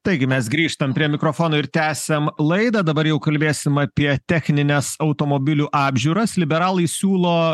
taigi mes grįžtam prie mikrofono ir tęsiam laidą dabar jau kalbėsim apie technines automobilių apžiūras liberalai siūlo